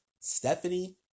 Stephanie